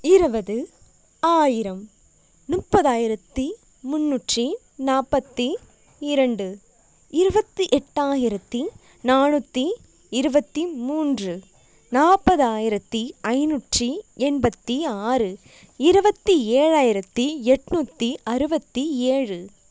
இருபது ஆயிரம் முப்பதாயிரத்தி முன்னூற்றி நாற்பத்தி இரண்டு இருபத்தி எட்டாயிரத்தி நானூற்றி இருபத்தி மூன்று நாற்பதாயிரத்தி ஐநூற்றி எண்பத்தி ஆறு இருபத்தி ஏழாயிரத்தி எண்நூத்தி அறுபத்தி ஏழு